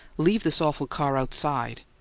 leave this awful car outside.